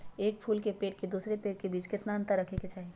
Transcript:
एक फुल के पेड़ के दूसरे पेड़ के बीज केतना अंतर रखके चाहि?